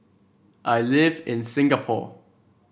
I live in Singapore